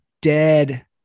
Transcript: dead